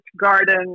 garden